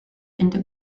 into